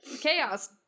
Chaos